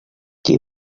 qui